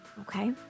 Okay